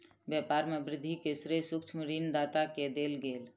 व्यापार में वृद्धि के श्रेय सूक्ष्म ऋण दाता के देल गेल